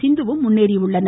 சிந்துவும் முன்னேறியுள்ளனர்